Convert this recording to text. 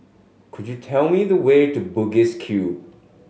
could you tell me the way to Bugis Cube